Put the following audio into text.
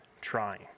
trying